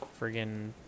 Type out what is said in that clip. friggin